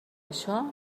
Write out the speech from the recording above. això